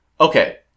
Okay